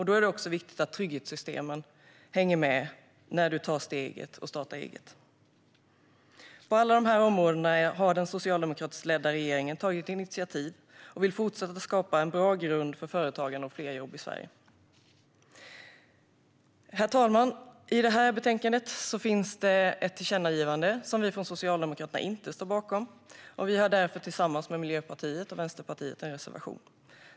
Då är det också viktigt att trygghetssystemen hänger med när man tar steget och startar eget. På alla dessa områden har den socialdemokratiskt ledda regeringen tagit initiativ, och vi vill fortsätta att skapa en bra grund för företagande och fler jobb i Sverige. Herr talman! I detta betänkande finns det ett tillkännagivande som vi från Socialdemokraterna inte står bakom. Vi har därför tillsammans med Miljöpartiet och Vänsterpartiet en reservation.